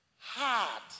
hard